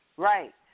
Right